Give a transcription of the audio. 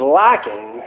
lacking